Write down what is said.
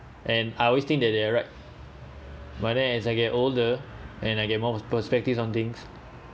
and I always think that they are right but then as I get older and I get more perspectives on things